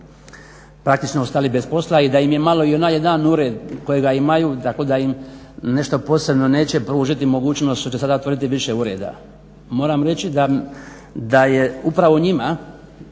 praktično ostali bez posla i da im je malo i onaj jedan ured kojega imaju, tako da im nešto posebno neće pružiti mogućnost, što će sada otvoriti više ureda. Moram reći da je upravo njima